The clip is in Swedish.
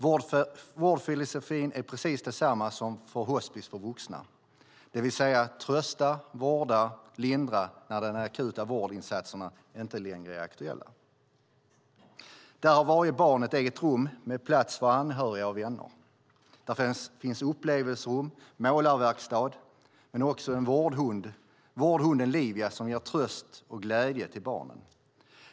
Vårdfilosofin är precis densamma som för hospis för vuxna, det vill säga att trösta, vårda och lindra när de akuta vårdinsatserna inte längre är aktuella. Där har varje barn ett eget rum med plats för anhöriga och vänner. Där finns upplevelserum och målarverkstad men också vårdhunden Livia, som ger tröst och glädje till barnen.